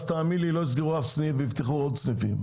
תאמין לי שלא יסגרו אף סניף ויפתחו עוד סניפים.